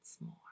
more